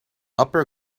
upper